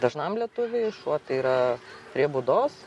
dažnam lietuviui šuo yra prie būdos